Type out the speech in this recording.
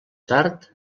tard